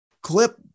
clip